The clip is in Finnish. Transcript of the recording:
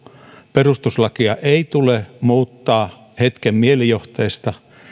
perustuslakia ei tule muuttaa hetken mielijohteesta